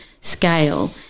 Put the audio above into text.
Scale